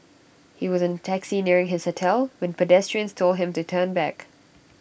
he was in taxi nearing his hotel when pedestrians told him to turn back